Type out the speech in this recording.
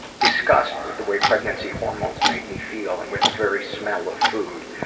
disgust with the way pregnancy hormones made me feel and with the very smell of food.